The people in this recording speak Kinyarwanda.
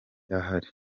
ahari